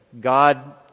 God